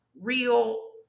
real